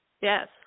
Yes